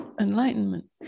enlightenment